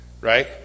right